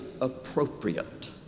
appropriate